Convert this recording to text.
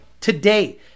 today